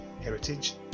heritage